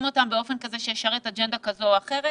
אותם באופן כזה שישרת אג'נדה כזו או אחרת.